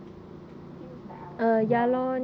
seems like I was wrong